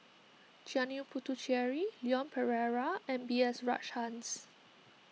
Janil Puthucheary Leon Perera and B S Rajhans